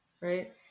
Right